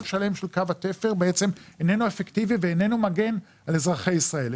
שלם של קו התפר איננו אפקטיבי ואיננו מגן על אזרחי ישראל.